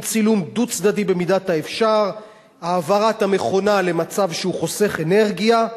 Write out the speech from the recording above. עם צילום דו-צדדי במידת האפשר ועם העברת המכונה למצב חוסך אנרגיה,